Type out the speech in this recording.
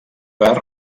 per